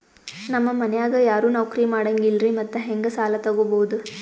ನಮ್ ಮನ್ಯಾಗ ಯಾರೂ ನೌಕ್ರಿ ಮಾಡಂಗಿಲ್ಲ್ರಿ ಮತ್ತೆಹೆಂಗ ಸಾಲಾ ತೊಗೊಬೌದು?